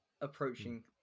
approaching